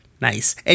nice